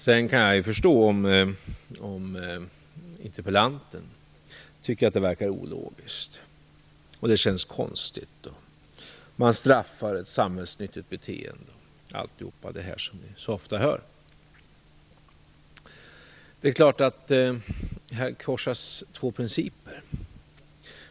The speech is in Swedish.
Sedan kan jag förstå om interpellanten tycker att det verkar ologiskt och känns konstigt att man straffar ett samhällsnyttigt beteende osv. som vi så ofta hör. I detta sammanhang korsas två principer.